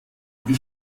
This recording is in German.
gute